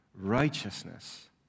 righteousness